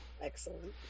Excellent